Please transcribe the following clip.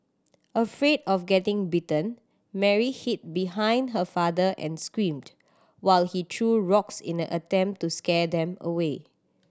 afraid of getting bitten Mary hid behind her father and screamed while he threw rocks in an attempt to scare them away